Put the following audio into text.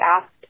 asked